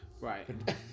Right